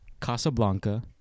Casablanca